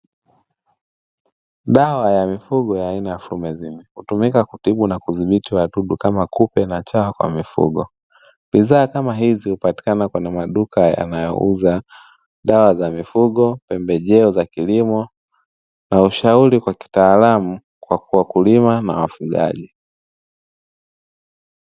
Dawa ya mifugo ya aina ya "Flumethrin" hutumika kutibu na kuthibiti wadudu kama kupe na chawa kwa mifugo. Bidhaa kama hizi hupatikana kwenye maduka yanayouza dawa za mifugo, pembejeo za kilimo, na ushauri wa kitaalamu kwa wakulima na wafugaji.